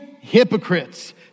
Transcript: hypocrites